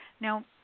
Now